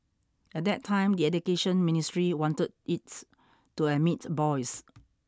at that time the Education Ministry wanted it to admit boys